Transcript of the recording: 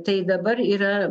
tai dabar yra